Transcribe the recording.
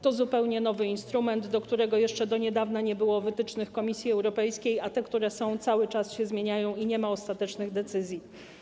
To zupełnie nowy instrument, w odniesieniu do którego jeszcze do niedawna nie było wytycznych Komisji Europejskiej, a te, które już są, cały czas się zmieniają i nie ma ostatecznych decyzji.